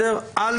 הוא